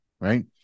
Right